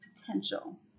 potential